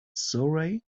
surrey